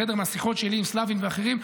משיחות שלי עם סלבין ואחרים,